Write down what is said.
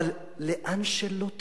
אבל לאן שלא תלך,